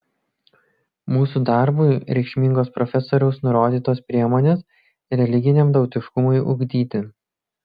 mūsų darbui reikšmingos profesoriaus nurodytos priemonės religiniam tautiškumui ugdyti